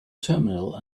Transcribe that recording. terminal